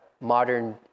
modern